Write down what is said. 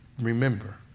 remember